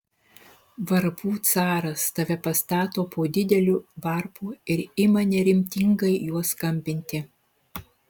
varpų caras tave pastato po dideliu varpu ir ima neritmingai juo skambinti